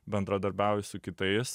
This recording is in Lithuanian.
bendradarbiauju su kitais